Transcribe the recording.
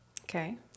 Okay